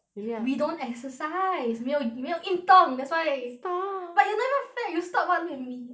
we don't exercise 没有没有运动 that's why stop but you're not even fat you stop what do you mean